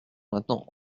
maintenant